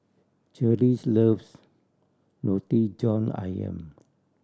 Cherise loves Roti John Ayam